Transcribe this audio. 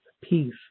peace